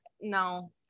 no